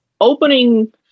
opening